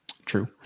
true